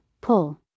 pull